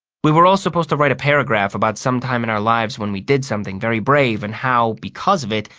we were all supposed to write a paragraph about some time in our lives when we did something very brave and how, because of it,